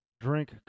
drink